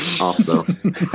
Awesome